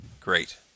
Great